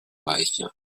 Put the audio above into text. reicher